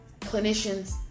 clinicians